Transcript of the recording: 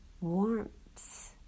warmth